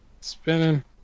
Spinning